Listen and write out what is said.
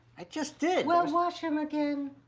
i just did well wash em again.